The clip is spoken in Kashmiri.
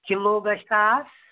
کِلوٗ گژھِ ساس